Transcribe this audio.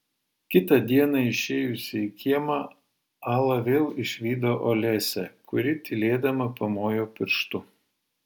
kitą dieną išėjusi į kiemą ala vėl išvydo olesią kuri tylėdama pamojo pirštu